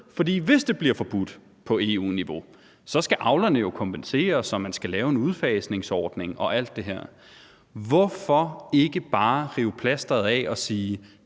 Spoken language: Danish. hvis det bliver forbudt på EU-niveau, skal avlerne jo kompenseres, og man skal lave en udfasningsordning og alt det her. Hvorfor ikke bare rive plastret af og sige: